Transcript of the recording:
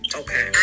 okay